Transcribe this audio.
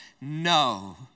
No